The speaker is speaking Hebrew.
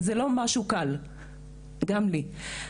זה לא משהו קל גם לי,